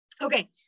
Okay